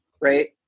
right